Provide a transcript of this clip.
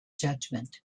judgment